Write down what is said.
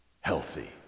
healthy